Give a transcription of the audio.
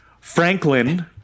Franklin